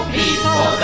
people